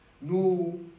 No